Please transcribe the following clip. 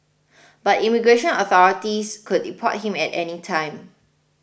but immigration authorities could deport him at any time